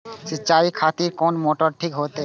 सीचाई खातिर कोन मोटर ठीक होते?